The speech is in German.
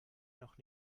noch